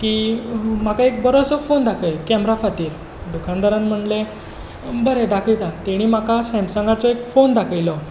की म्हाका एक बोरोसो फोन दाखय कॅमेरा फातीर दुकानदारान म्हणलें बरें दाखयता तेणी म्हाका सॅमसंगाचो एक फोन दाखयलो